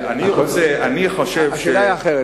השאלה היא אחרת,